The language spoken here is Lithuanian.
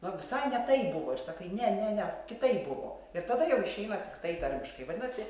nu visai ne taip buvo ir sakai ne ne ne kitaip buvo ir tada jau išeina tiktai tarmiškai vadinasi